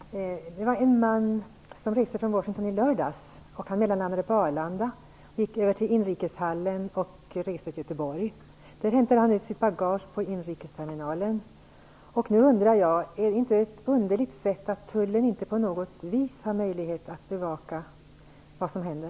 Herr talman! En man som reste från Washington i lördags mellanlandade på Arlanda. Han gick över till inrikeshallen och reste till Göteborg. Där hämtade han ut sitt bagage på inrikesterminalen. Jag undrar om det inte är underligt att tullen inte på något vis har möjlighet att bevaka vad som händer.